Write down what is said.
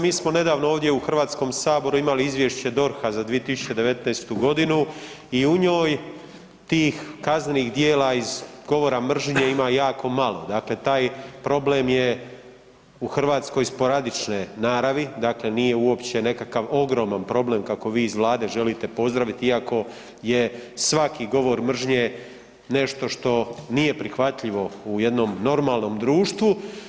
Mi smo nedavno ovdje u HS-u imali izvješće DORH-a za 2019.g. i u njoj tih kaznenih djela iz govora mržnje ima jako malo, dakle taj problem je u Hrvatskoj je sporadične naravi, dakle nije uopće nekakav ogroman problem kako vi iz Vlade želite pozdravit iako je svaki govor mržnje nešto što nije prihvatljivo u jednom normalnom društvu.